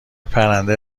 پرنده